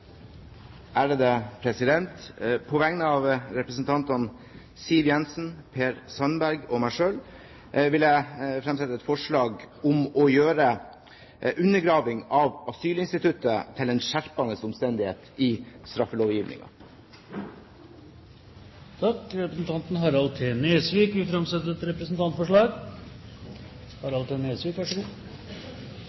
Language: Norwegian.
et representantforslag. På vegne av representantene Siv Jensen, Per Sandberg og meg selv vil jeg fremsette et forslag om å gjøre «undergraving av asylinstituttet» til en skjerpende omstendighet i straffelovgivningen. Representanten Harald T. Nesvik vil framsette et representantforslag.